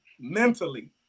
mentally